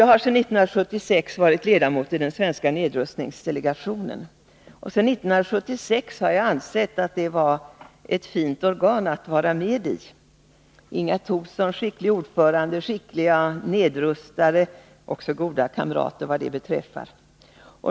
Jag har sedan 1976 varit ledamot i den svenska nedrustningsdelegationen. Jag har ansett att det är ett fint organ att vara med i. Inga Thorsson har varit delegationens skickliga ordförande, och där finns skickliga nedrustare och goda kamrater, vad det beträffar.